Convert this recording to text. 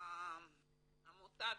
עמותת